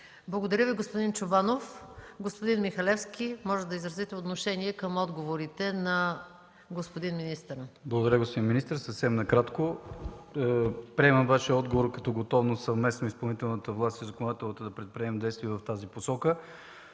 Благодаря Ви, господин Чобанов. Господин Михалевски, можете да изразите отношение към отговорите на господин министъра. ДИМЧО МИХАЛЕВСКИ (КБ): Благодаря. Господин министър, съвсем накратко – приемам Вашия отговор като готовност съвместно изпълнителната и законодателната власт да предприемем действия в тази посока,